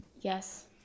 Yes